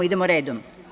Idemo redom.